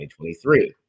2023